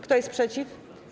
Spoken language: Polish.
Kto jest przeciw?